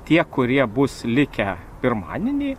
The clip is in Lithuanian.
tie kurie bus likę pirmadienį